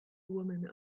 woman